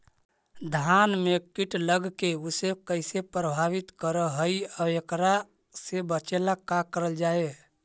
धान में कीट लगके उसे कैसे प्रभावित कर हई और एकरा से बचेला का करल जाए?